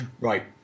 Right